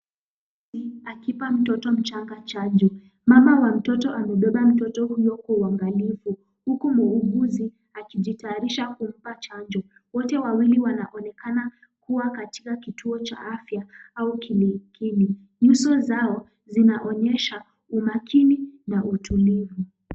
Mhuguzi akimpa mtoto chanjo. Mama wa mtoto amembeba mtoto huyo kwa uangalifu huku mhuguzi akijitayarisha kumpa chanjo. Wote wawili wanaonekana kuwa katika kituo cha afya au kliniki. Nyuso zao zinaonyesha umakini na utulivu.